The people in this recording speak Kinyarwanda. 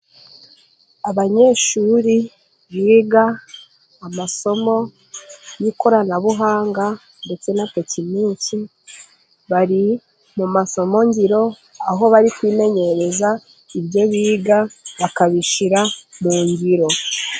Abanyeshuri biga amasomo y'ikoranabuhanga ndetse na tekiniki, bari mu masomo ngiro. Aho bari kwimenyereza ibyo biga bakabishyira mu ngiro.